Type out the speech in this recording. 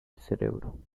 cerebro